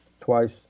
twice